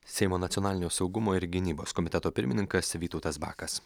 seimo nacionalinio saugumo ir gynybos komiteto pirmininkas vytautas bakas